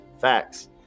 Facts